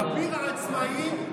אביר העצמאים,